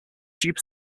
tube